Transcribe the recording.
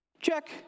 Check